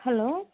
hello